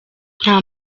nta